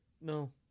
No